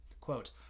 Quote